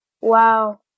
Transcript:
Wow